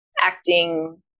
acting